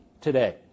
today